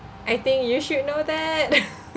I think you should know that